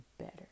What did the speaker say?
better